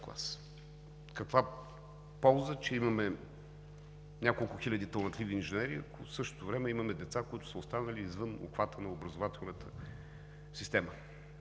клас. Каква полза, че имаме няколко хиляди талантливи инженери, ако в същото време имаме деца, които са останали извън обхвата на образователната система?!